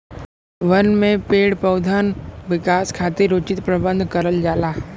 बन में पेड़ पउधन विकास खातिर उचित प्रबंध करल जाला